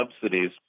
subsidies